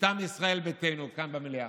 מטעם ישראל ביתנו כאן במליאה,